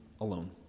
alone